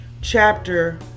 chapter